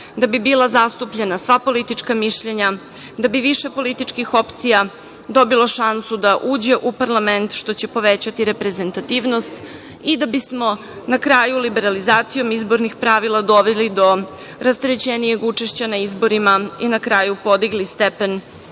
da bi bila zastupljena sva politička mišljenja, da bi više političkih opcija dobilo šansu da uđe u parlament, što će povećati reprezentativnost i da bismo na kraju liberalizacijom izbornih pravila doveli do rasterećenijeg učešća na izborima i na kraju podigli stepen